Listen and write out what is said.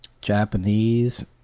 Japanese